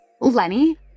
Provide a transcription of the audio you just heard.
lenny